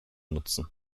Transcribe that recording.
nutzen